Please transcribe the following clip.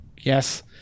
yes